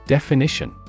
Definition